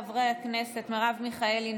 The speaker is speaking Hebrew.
חברי הכנסת מרב מיכאלי,